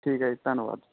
ਠੀਕ ਹੈ ਜੀ ਧੰਨਵਾਦ